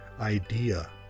idea